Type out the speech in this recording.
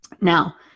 Now